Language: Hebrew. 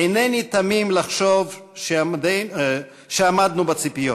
אינני תמים לחשוב שעמדנו בציפיות,